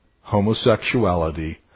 homosexuality